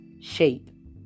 shape